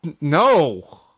No